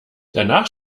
danach